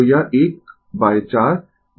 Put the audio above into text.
तो यह 14 203 है